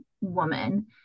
woman